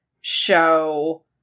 show